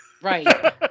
Right